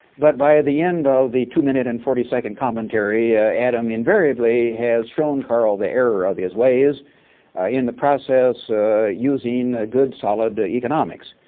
but by the end of the two minute and forty second commentary, ah adam invariably has shown karl the error of his ways in the process of using a good solid economics.